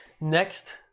Next